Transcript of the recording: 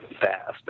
fast